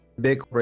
big